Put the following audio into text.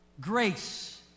Grace